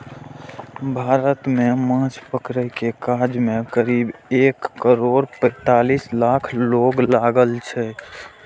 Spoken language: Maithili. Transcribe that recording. भारत मे माछ पकड़ै के काज मे करीब एक करोड़ पैंतालीस लाख लोक लागल छै